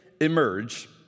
emerge